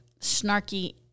snarky